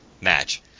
match